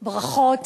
ברכות.